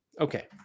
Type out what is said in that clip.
Okay